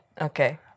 Okay